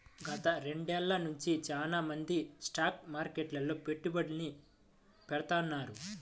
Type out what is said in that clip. గత రెండేళ్ళ నుంచి చానా మంది స్టాక్ మార్కెట్లో పెట్టుబడుల్ని పెడతాన్నారు